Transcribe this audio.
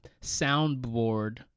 soundboard